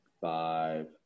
five